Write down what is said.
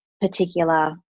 particular